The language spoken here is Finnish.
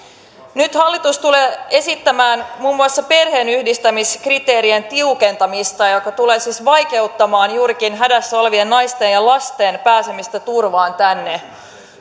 nyt hallitus tulee esittämään muun muassa perheenyhdistämiskriteerien tiukentamista joka tulee siis vaikeuttamaan juurikin hädässä olevien naisten ja lasten pääsemistä turvaan tänne